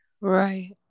Right